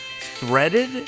Threaded